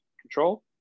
control